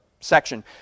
section